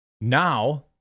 now